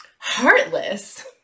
Heartless